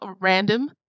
random